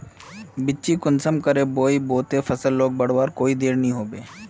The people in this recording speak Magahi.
बिच्चिक कुंसम करे बोई बो ते फसल लोक बढ़वार कोई देर नी होबे?